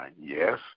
Yes